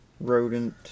Rodent